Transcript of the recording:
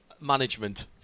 management